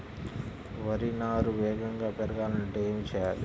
వరి నారు వేగంగా పెరగాలంటే ఏమి చెయ్యాలి?